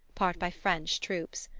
part by french troops.